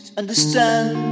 understand